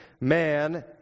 man